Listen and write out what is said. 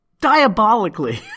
diabolically